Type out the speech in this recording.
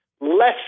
less